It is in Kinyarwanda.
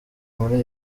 muri